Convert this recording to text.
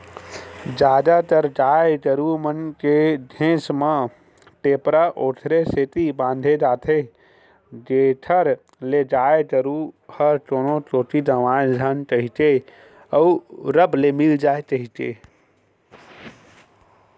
जादातर गाय गरु मन के घेंच म टेपरा ओखरे सेती बांधे जाथे जेखर ले गाय गरु ह कोनो कोती गंवाए झन कहिके अउ रब ले मिल जाय कहिके